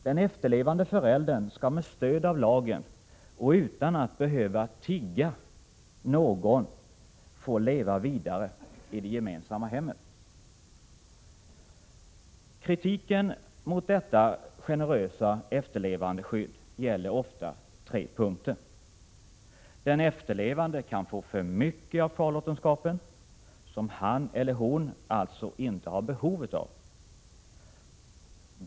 Den efterlevande föräldern skall med stöd av lagen och utan att behöva ”tigga” av någon få leva vidare i det gemensamma hemmet. Kritiken mot detta generösa efterlevandeskydd gäller ofta tre punkter. Den efterlevande kan få för mycket av kvarlåtenskapen, som han/hon alltså inte har behov av.